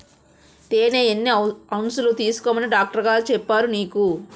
తేనె ఎన్ని ఔన్సులు తీసుకోమని డాక్టరుగారు చెప్పారు నీకు